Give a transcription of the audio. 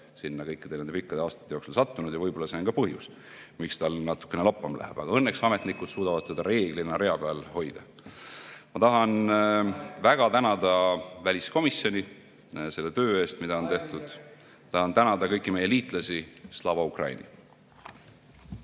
sinna kõikide nende pikkade aastate jooksul sattunud. Võib-olla see on ka põhjus, miks tal natukene lappama läheb, aga õnneks ametnikud suudavad teda reeglina rea peal hoida. (Juhataja helistab kella.) Ma tahan väga tänada väliskomisjoni selle töö eest, mida on tehtud. Tahan tänada kõiki meie liitlasi. Slava Ukraini!